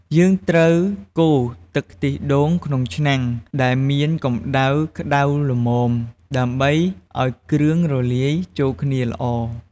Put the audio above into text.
យើងត្រូវកូរទឹកខ្ទិះដូងក្នុងឆ្នាំងដែលមានកម្តៅក្តៅល្មម ដើម្បីឱ្យគ្រឿងរលាយចូលគ្នាល្អ។